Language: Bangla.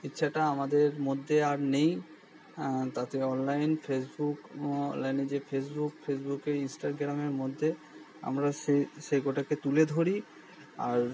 ইচ্ছাটা আমাদের মধ্যে আর নেই তাতে অনলাইন ফেসবুক অনলাইনে যে ফেসবুক ফেসবুকের ইনস্টাগ্রামের মধ্যে আমরা সে সেকটাকে তুলে ধরি আর